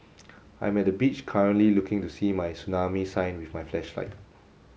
I am at the beach currently looking to see my tsunami sign with my flashlight